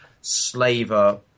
slaver